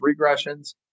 regressions